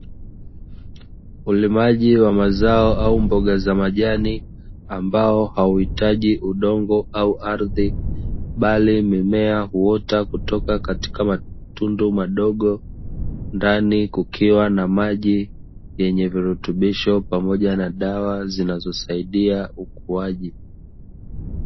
Ulimaji wa mazao au mboga za majani ambao hauitaji udongo au ardhi, bali mimea uota kutoka katika matundu madogo ndani kukiwa na maji yenye virutubisho pamoja na dawa zinazosaidia ukuaji.